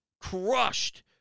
crushed